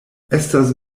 estas